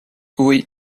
oui